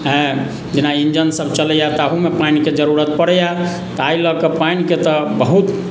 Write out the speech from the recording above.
आँय जेना इंजनसभ चलैए ताहूमे पानिके जरूरत पड़ैए ताहि लऽ कऽ पानिके तऽ बहुत